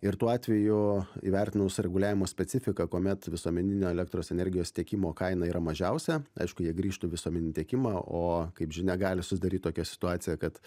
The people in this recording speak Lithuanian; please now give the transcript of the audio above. ir tuo atveju įvertinus reguliavimo specifiką kuomet visuomeninio elektros energijos tiekimo kaina yra mažiausia aišku jie grįžtų į visuomeninį tiekimą o kaip žinia gali susidaryt tokia situacija kad